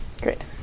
Great